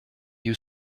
you